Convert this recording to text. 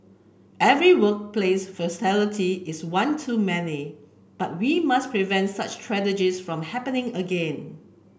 every workplace fatality is one too many and we must prevent such tragedy from happening again